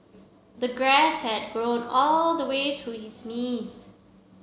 the grass had grown all the way to his knees